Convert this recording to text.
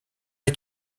est